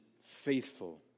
faithful